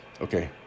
Okay